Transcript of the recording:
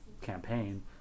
campaign